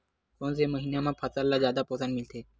कोन से महीना म फसल ल जादा पोषण मिलथे?